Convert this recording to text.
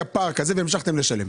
היה פער והמשכתם לשלם.